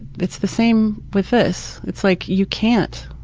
but it's the same with this. it's like you can't.